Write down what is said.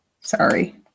Sorry